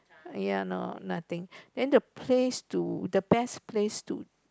ya no nothing then the place to the best place to